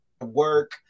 work